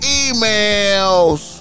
emails